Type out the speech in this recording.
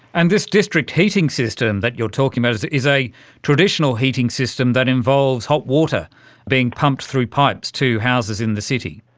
and this district heating system that you're talking about is is a traditional heating system that involves hot water being pumped through pipes to houses in the city.